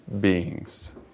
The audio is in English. beings